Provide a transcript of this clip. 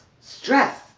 stress